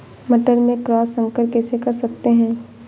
मटर में क्रॉस संकर कैसे कर सकते हैं?